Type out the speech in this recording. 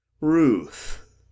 Ruth